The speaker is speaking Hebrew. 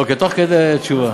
אוקיי, תוך כדי תשובה.